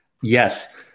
Yes